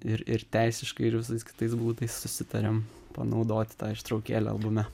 ir ir teisiškai ir visais kitais būdais susitarėm panaudoti tą ištraukėlę albume